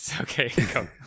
Okay